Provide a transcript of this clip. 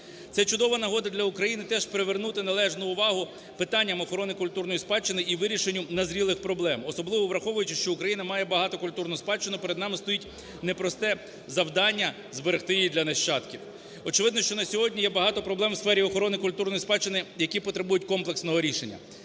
Це чудова нагода для України теж привернути належну увагу питанням охорони культурної спадщини і вирішенню назрілих проблем, особливо враховуючи, що Україна має багату культурну спадщину, перед нами стоїть непросте завдання зберегти її для нащадків. Очевидно, що на сьогодні є багато проблем у сфері охорони культурної спадщини, які потребують комплексного рішення.